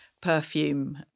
perfume